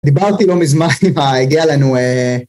דיברתי לא מזמן עם ה... הגיע לנו אה...